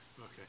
okay